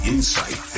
Insight